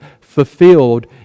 fulfilled